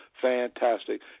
fantastic